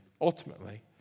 Ultimately